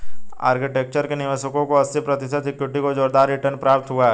architecture के निवेशकों को अस्सी प्रतिशत इक्विटी का जोरदार रिटर्न प्राप्त हुआ है